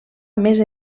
més